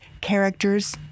characters